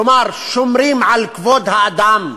כלומר, שומרים על כבוד האדם,